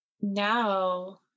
now